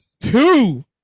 two